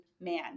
man